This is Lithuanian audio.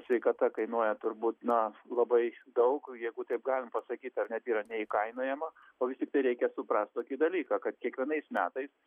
sveikata kainuoja turbūt na labai daug jeigu taip galim pasakyt ar net yra neįkainojama o vis tiktai reikia suprast tokį dalyką kad kiekvienais metais